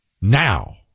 now